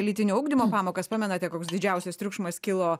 lytinio ugdymo pamokas pamenate koks didžiausias triukšmas kilo